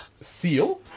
seal